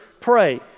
pray